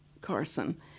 Carson